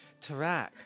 Tarak